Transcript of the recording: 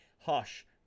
Hush